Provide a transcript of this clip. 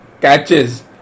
Catches